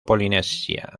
polinesia